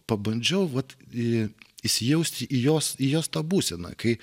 pabandžiau vat į įsijausti į jos į jos tą būseną kai